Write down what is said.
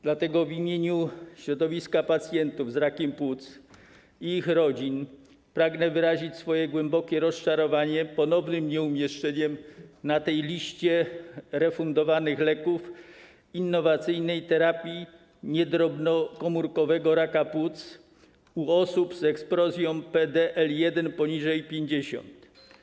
Dlatego w imieniu środowiska pacjentów z rakiem płuc i ich rodzin pragnę wyrazić swoje głębokie rozczarowanie ponownym nieumieszczeniem na tej liście refundowanych leków innowacyjnej terapii niedrobnokomórkowego raka płuc u osób z ekspresją PD-L1 poniżej 50.